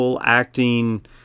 acting